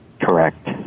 Correct